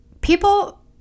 People